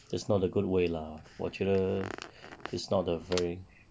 that's not a good way lah 我觉得 he's not a very